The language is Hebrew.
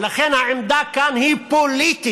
ולכן העמדה כאן היא פוליטית,